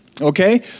okay